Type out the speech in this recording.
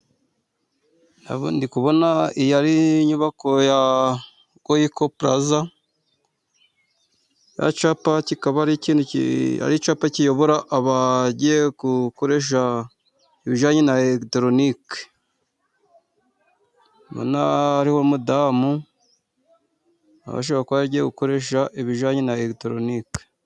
Ndi kubona iyi ari nyubako ya Goyiko Pulaza, kiriya cyapa kikaba ari icyapa kiyobora abagiye gukoresha ibijyanye na elegitoronike. Ndabona hariho umudamu, nawe ashobora kuba agiye gukoresha ibijyanye na elegitoronike.